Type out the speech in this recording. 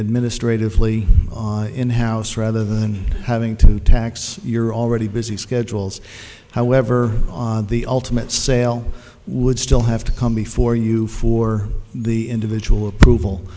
administratively in house rather than having to tax your already busy schedules however the ultimate sale would still have to come before you for the individual approva